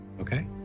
okay